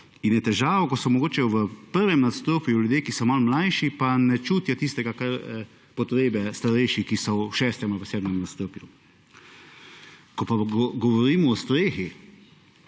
in je težava, ko so mogoče v prvem nadstropju ljudje, ki so malo mlajši pa ne čutijo potrebe starejših, ki so v šestem ali sedmem nadstropju. Ko pa govorimo o strehi